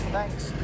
Thanks